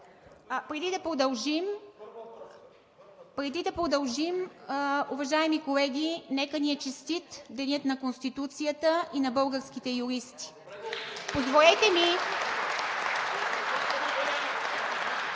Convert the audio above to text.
Преди да продължим, уважаеми колеги, нека ни е честит Денят на Конституцията и на българските юристи! Позволете ми